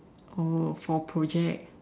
oh for project